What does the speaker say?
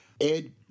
Ed